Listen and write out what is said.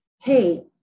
hey